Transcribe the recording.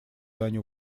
дань